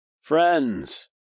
Friends